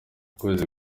ukwezi